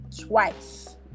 twice